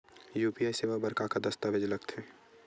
UPI सेवा बर का का दस्तावेज लगथे?